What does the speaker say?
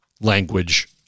language